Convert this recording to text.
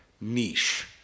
niche